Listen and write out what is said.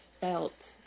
felt